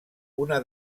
una